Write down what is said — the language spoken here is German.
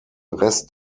rest